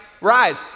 rise